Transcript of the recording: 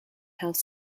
health